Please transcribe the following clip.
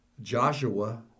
Joshua